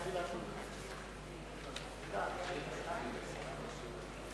דצמבר 2009 למניינם.